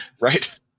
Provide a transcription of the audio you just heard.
Right